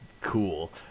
cool